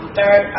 Third